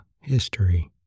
History